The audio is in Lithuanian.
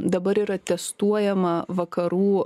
dabar yra testuojama vakarų